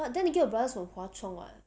but then again your brother is from hwa chong [what]